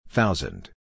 Thousand